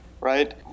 right